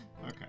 Okay